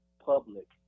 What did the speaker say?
public